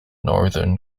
northern